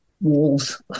wolves